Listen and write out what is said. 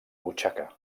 butxaca